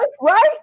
Right